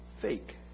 fake